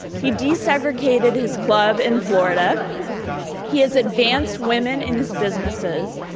he desegregated his club in florida he has advanced women in his businesses.